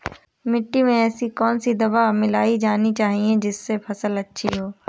मिट्टी में ऐसी कौन सी दवा मिलाई जानी चाहिए जिससे फसल अच्छी हो?